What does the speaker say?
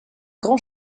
grand